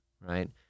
right